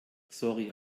sorry